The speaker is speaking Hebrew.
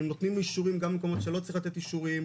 הם נותנים אישורים גם במקומות שלא צריך לתת אישורים,